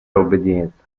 obbedienza